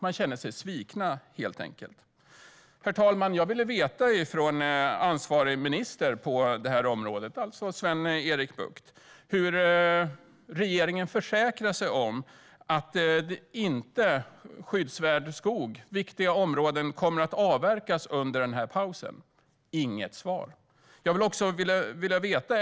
Man känner sig helt enkelt sviken. Herr talman! Jag ville veta av ansvarig minister på området, alltså Sven-Erik Bucht, hur regeringen försäkrar sig om att skyddsvärd skog och viktiga områden inte kommer att avverkas under pausen. Jag fick inget svar.